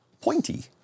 Pointy